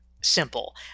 simple